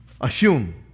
Assume